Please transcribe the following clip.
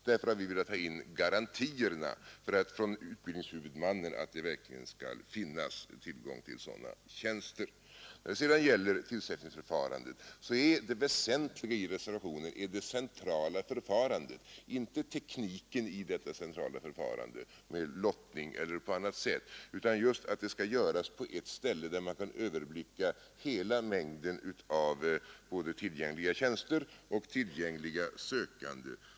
Därför har vi från utbildningshuvudmannen velat få garantier för att det verkligen skall finnas tillgång till sådana tjä När det gäller tillsättningsförfarandet är det väsentliga i reservationen det centrala förfarandet, inte tekniken i detta centrala förfarande med lottning eller annat, utan att tillsättningen skall ske på ett ställe, där man kan överblicka hela mängden av både tillgängliga tjänster och tillgängliga sökanden.